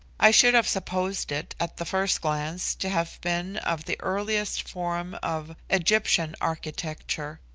i should have supposed it at the first glance to have been of the earliest form of egyptian architecture.